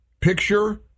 Picture